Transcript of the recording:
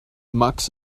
max